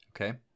Okay